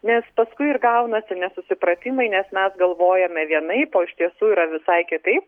nes paskui ir gaunasi nesusipratimai nes mes galvojame vienaip o iš tiesų yra visai kitaip